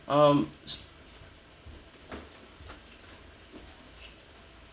um